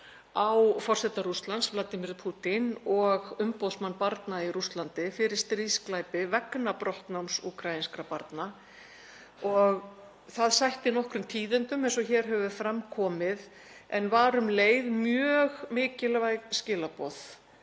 á forseta Rússlands, Vladímír Pútín, og umboðsmann barna í Rússlandi fyrir stríðsglæpi vegna brottnáms úkraínskra barna. Það sætti nokkrum tíðindum eins og hér hefur fram komið en það voru um leið mjög mikilvæg skilaboð